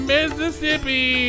Mississippi